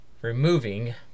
Removing